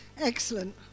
Excellent